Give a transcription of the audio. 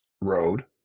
road